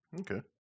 Okay